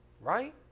right